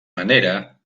manera